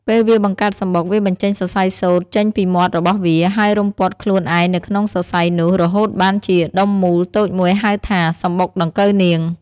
ពេលវាបង្កើតសំបុកវាបញ្ចេញសរសៃសូត្រចេញពីមាត់របស់វា ហើយរុំព័ទ្ធខ្លួនឯងនៅក្នុងសរសៃនោះរហូតបានជាដុំមូលតូចមួយហៅថា សំបុកដង្កូវនាង។